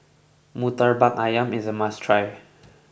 Murtabak Ayam is a must try